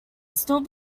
still